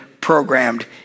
programmed